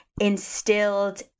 instilled